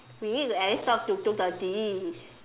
we need to at least talk till two thirty